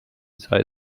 sei